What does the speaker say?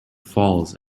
falls